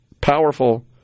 powerful